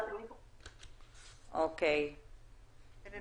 כאן ועכשיו למסגרת ולא יודעים איפה הוא